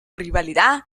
rivalidad